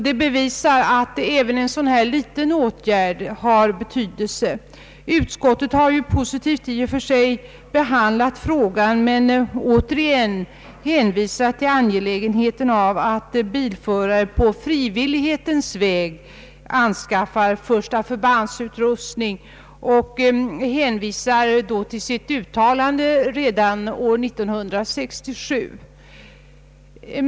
Det bevisar att även en dylik liten åtgärd har betydelse. Utskottet har i och för sig behandlat frågan positivt men återigen hänvisat till angelägenheten av att bilförare på frivillighetens väg anskaffar utrustning med första förband. Utskottet hänvisar till det uttalande som gjordes redan år 1967.